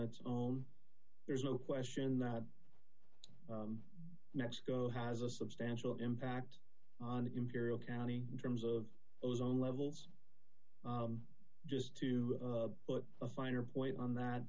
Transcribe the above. its own there's no question that mexico has a substantial impact on imperial county in terms of ozone levels just to put a finer point on that